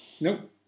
Nope